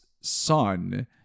son